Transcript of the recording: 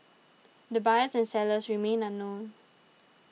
the buyers and sellers remain unknown